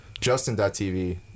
Justin.tv